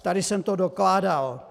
Tady jsem to dokládal.